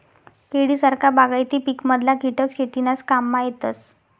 केळी सारखा बागायती पिकमधला किटक शेतीनाज काममा येतस